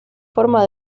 forma